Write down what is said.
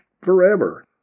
forever